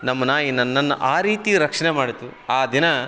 ನಮ್ಮ ನಾಯಿ ನನ್ನನ್ನ ಆ ರೀತಿ ರಕ್ಷಣೆ ಮಾಡ್ತು ಆ ದಿನ